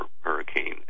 hurricane